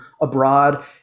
abroad